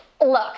Look